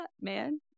man